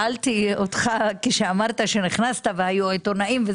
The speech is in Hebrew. כשאמרת שנכנסת ושהיו עיתונאים,